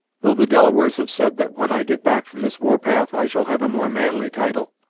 though the delawares have said that when i get back from this war-path, i shall have a more manly title,